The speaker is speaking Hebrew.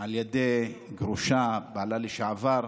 על ידי גרושה, בעלה לשעבר,